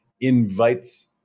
invites